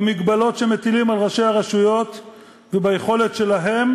במגבלות שמטילים על ראשי הרשויות וביכולת שלהם